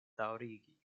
daŭrigi